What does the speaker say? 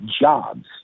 jobs